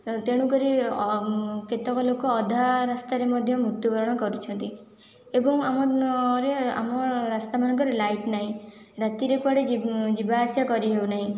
ତେଣୁ କରି କେତେକ ଲୋକ ଅଧା ରାସ୍ତାରେ ମଧ୍ୟ ମୃତ୍ୟୁବରଣ କରୁଛନ୍ତି ଏବଂ ଆମ ଆମ ରାସ୍ତାମାନଙ୍କରେ ଲାଇଟ୍ ନାହିଁ ରାତିରେ କୁଆଡ଼େ ଯିବ ଯିବାଆସିବା କରିହେଉନାହିଁ